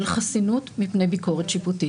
חסינות מפני ביקורת שיפוטית.